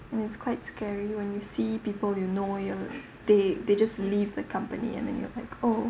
and it's quite scary when you see people you know ya they they just leave the company and then you are like oh